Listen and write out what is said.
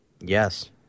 Yes